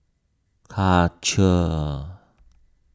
Karcher